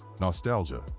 Nostalgia